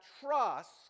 trust